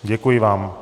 Děkuji vám.